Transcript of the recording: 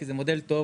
כי זה מודל טוב,